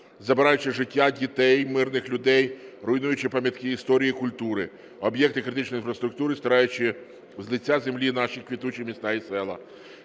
забираючи життя дітей, мирних людей, руйнуючи пам'ятки історії і культури, об'єкти критичної інфраструктури, стираючи з лиця землі наші квітучі міста і села.